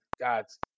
God's